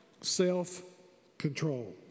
self-control